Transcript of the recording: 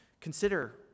Consider